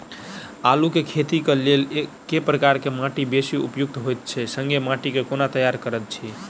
आलु केँ खेती केँ लेल केँ प्रकार केँ माटि बेसी उपयुक्त होइत आ संगे माटि केँ कोना तैयार करऽ छी?